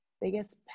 Biggest